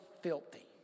filthy